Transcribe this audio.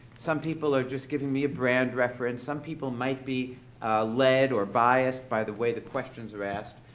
some people are just giving me a brand reference. some people might be led or biased by the way the questions are asked.